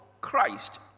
Christ